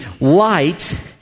light